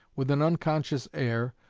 with an unconscious air,